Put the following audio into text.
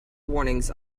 warnings